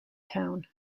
town